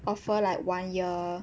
offer like one year